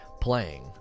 playing